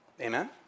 Amen